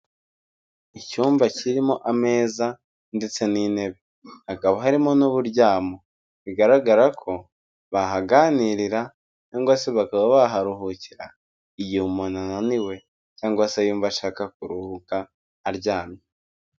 Icyumba kirimo ameza ndetse n'intebe, hakaba harimo n'uburyamo, bigaragara ko bahaganirira cyangwa se bakaba baharuhukira igihe umuntu ananiwe cyangwa se yumva ashaka kuruhuka aryamye.